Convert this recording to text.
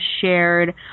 shared